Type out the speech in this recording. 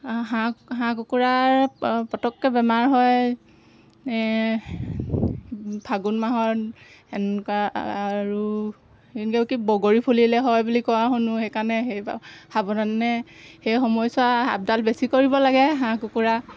হাঁহ হাঁহ কুকুৰাৰ পটককৈ বেমাৰ হয় ফাগুন মাহৰ সেনেকুৱা আৰু সেনেকৈ কি বগৰী ফুলিলে হয় বুলি কোৱা শুনোঁ সেইকাৰণে হেৰি সাৱধানে সেই সময়ছোৱা আপডাল বেছি কৰিব লাগে হাঁহ কুকুৰা